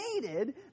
needed